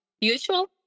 usual